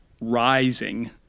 rising